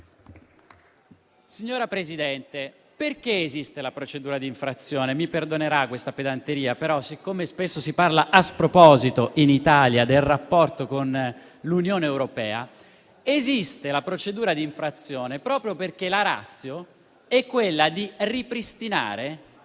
Signora Presidente, perché esiste la procedura di infrazione? Mi perdonerà questa pedanteria, però spesso si parla a sproposito in Italia del rapporto con l'Unione europea. La *ratio* della procedura di infrazione è proprio quella di ripristinare